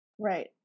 Right